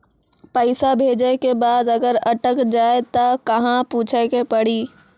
पैसा भेजै के बाद अगर अटक जाए ता कहां पूछे के पड़ी?